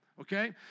okay